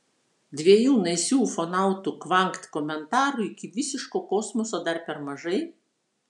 dviejų naisių ufonautų kvankt komentarų iki visiško kosmoso dar per mažai